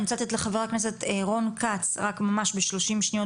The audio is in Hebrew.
אני רוצה לתת לחבר הכנסת רון כץ ממש ב- 30 שניות